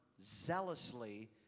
zealously